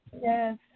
Yes